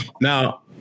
Now